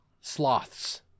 sloths